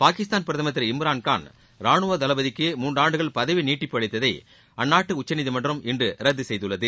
பாகிஸ்தான் பிரதமர் திரு இம்ரான்காள் ரானுவ தளபதிக்கு மூன்றாண்டுகள் பதவி நீட்டிப்பு அளித்ததை அந்நாட்டு உச்சநீதிமன்றம் இன்று ரத்து செய்துள்ளது